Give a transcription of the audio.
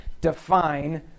define